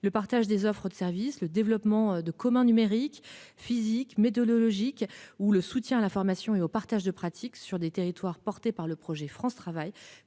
le partage des offres de service. Le développement de commun numérique physique mais de la logique ou le soutien à la formation et au partage de pratique sur des territoires portés par le projet France travail